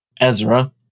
Ezra